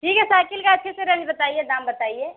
ठीक है साइकिल का अच्छे से रेंज बताइए दाम बताइए